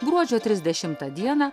gruodžio trisdešimtą dieną